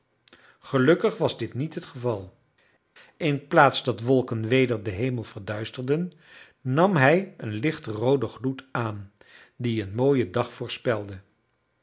gelukkig was dit niet het geval inplaats dat wolken weder den hemel verduisterden nam hij een lichtrooden gloed aan die een mooien dag